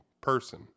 person